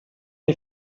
hai